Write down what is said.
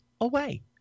away